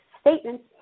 statements